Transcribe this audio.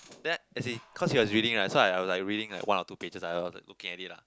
then as in cause he was reading right so I was like reading like one or two pages I was looking at it lah